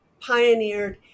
pioneered